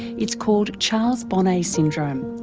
it's called charles bonnet syndrome.